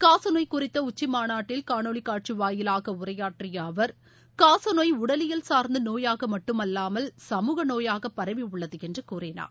காசநோய் குறித்த உச்சி மாநாட்டில் காணொலி காட்சி வாயிவாக உரையாற்றிய அவர் காசநோய் உடலியல் சார்ந்த நோயாக மட்டுமல்லாமல் சமூக நோயாக பரவியுள்ளது என்று கூறினார்